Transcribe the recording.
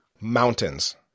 Mountains